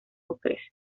ocres